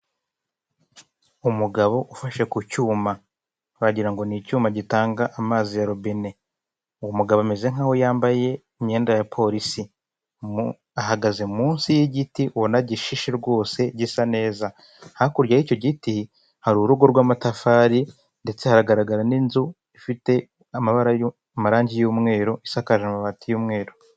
Umugabo ufashe ku cyuma, wagira ngo n'icyuma gitanga amazi ya robine. Uwo mugabo ameze nkaho yambaye imyenda ya polisi, ahagaze munsi y'igiti ubona gishishe rwose gisa neza, hakurya y'icyo giti hari urugo rw'amatafari ndetse haragaragara n'inzu ifite amarange y'umweru isakaje amabati y'umweru.